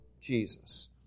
Jesus